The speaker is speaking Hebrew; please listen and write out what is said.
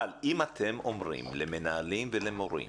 אבל אם אתם אומרים למנהלים ולמורים